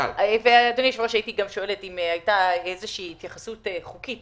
האם הייתה איזו שהיא התייחסות חוקית